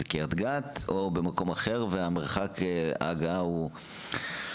אלא בקריית גת או במקום אחר ומרחק ההגעה הוא אחר.